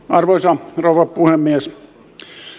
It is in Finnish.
arvoisa rouva puhemies